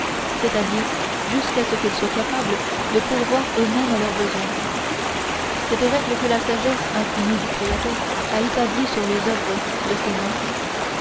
c'est-à-dire jusqu'à ce qu'ils soient capables de pourvoir eux-mêmes à leurs besoins cette règle que la sagesse infinie du créateur a établie sur les œuvres de ses mains